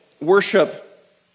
worship